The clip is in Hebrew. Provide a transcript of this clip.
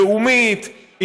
לאומית,